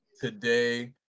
Today